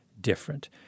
different